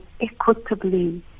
equitably